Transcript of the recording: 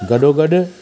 गॾो गॾु